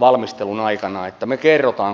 valmistelun aikana että me kerromme kun on kerrottavaa